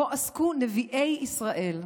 שבו עסקו נביאי ישראל.